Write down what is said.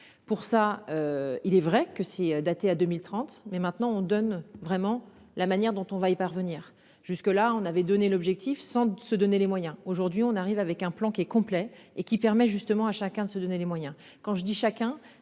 pour ça. Il est vrai que si daté à 2030 mais maintenant on donne vraiment la manière dont on va y parvenir jusque-là on avait donné l'objectif sans se donner les moyens, aujourd'hui on arrive avec un plan qui est complet et qui permet justement à chacun de se donner les moyens. Quand je dis chacun